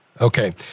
Okay